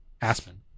Aspen